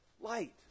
Light